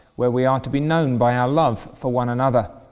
where we are to be known by our love for one another,